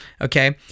Okay